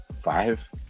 five